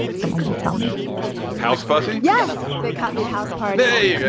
someone will tell me how spicy yeah they copied house party. yeah